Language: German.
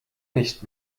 nicht